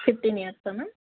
fifteen ఇయర్సా ma'am